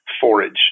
forage